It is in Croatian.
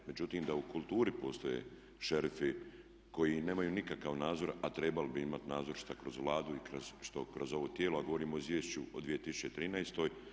Međutim, da u kulturi postoje šerifi koji nemaju nikakav nadzor a trebali bi imati nadzor što kroz Vladu i što kroz ovo tijelo a govorimo o izvješću o 2013.